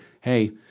hey